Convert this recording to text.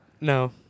no